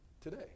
Today